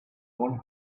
one